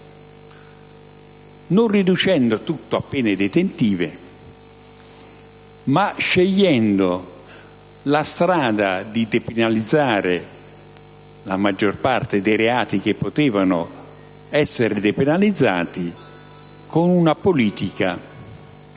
non riducendo tutto a pene detentive, ma scegliendo la strada di depenalizzare la maggior parte dei reati che potevano essere depenalizzati con una politica di